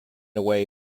away